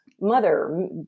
mother